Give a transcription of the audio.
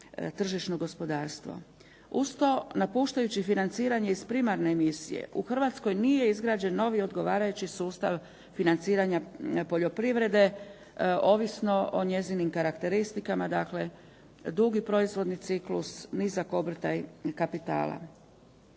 Uz to napuštajući financiranje iz primarne misije u Hrvatskoj nije izgrađen novi odgovarajući sustav financiranja poljoprivrede ovisno o njezinim karakteristikama, dakle dugi proizvodnji ciklus, nizak obrtaj kapitala.